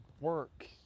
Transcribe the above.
work